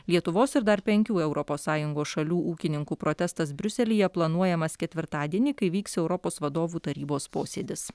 lietuvos ir dar penkių europos sąjungos šalių ūkininkų protestas briuselyje planuojamas ketvirtadienį kai vyks europos vadovų tarybos posėdis